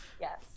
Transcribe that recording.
yes